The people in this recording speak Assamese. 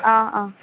অঁ অঁ